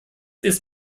ist